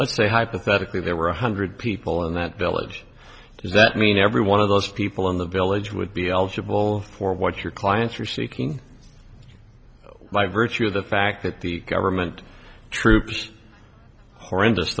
let's say hypothetically there were one hundred people in that village does that mean every one of those people in the village would be eligible for what your clients are seeking by virtue of the fact that the government troops horrendous